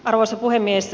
arvoisa puhemies